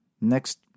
next